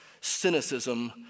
cynicism